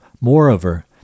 Moreover